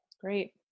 Great